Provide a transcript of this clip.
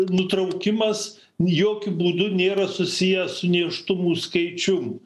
nutraukimas jokiu būdu nėra susijęs su nėštumų skaičium